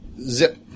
Zip